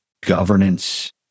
governance